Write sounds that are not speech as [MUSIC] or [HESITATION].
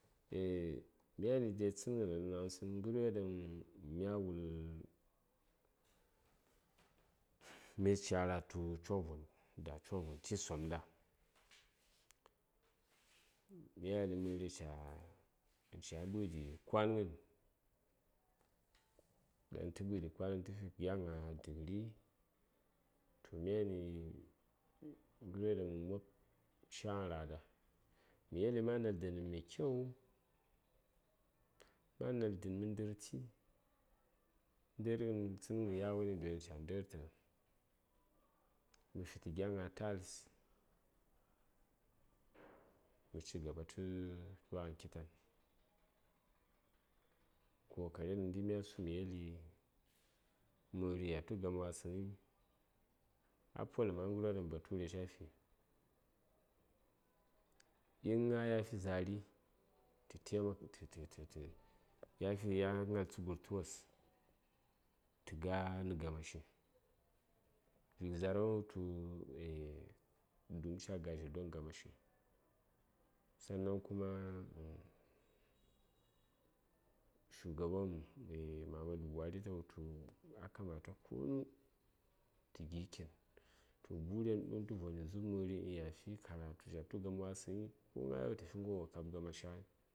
[HESITATION] Myani dai tsənghənen myasu ghəryo ɗaŋ mya wul mya [NOISE] ca ra tu coŋvon da: coŋvon ci somɗa yan məri sayawa ca ɓəɗi kwanghən ɗan tə ɓəɗi kwanghən tə fi gya gna degree to myani ghəryo ɗaŋ mə mob caghən ra: ɗa məyel ɗaŋ ma nal dən mai kyau ma nal dən mə ndərti ndərghən tsənghən yawon ɗan ca ndərtə mə fitə gya gna tiles [NOISE] mə cigaɓa tə tlwaghən kittan kokaren ghəndi mya su mə yeli məri ya tu gamawasəŋyi a poləm a gharyo ɗaŋ bature cafi uhn gna ya fi za:ri tə taima tə tə yafi gna tsəgurtu wos tə ga nə gamashi vik za:r a wultu du:m ca ga dzha don gamashi sanan kuma [HESITATION] shugaba wopm muhammadu buhari ta wultu a kamata konu tə gi: kitn toh gi yan ɗu:n tə voni dzub məri ya fi karatu ya tu gamawasəŋyi ko gnayo tə fi ghəryo ɗaŋ wo kab gamashi ghai